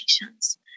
patients